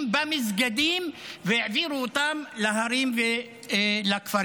במסגדים והעבירו אותם להרים ולכפרים.